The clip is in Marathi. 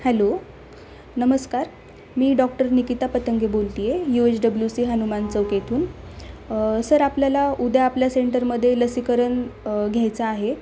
हॅलो नमस्कार मी डॉक्टर निकिता पतंगे बोलते आहे U H W C Hanuman Chowk येथून सर आपल्याला उद्या आपल्या सेंटरमध्ये लसीकरण घ्यायचं आहे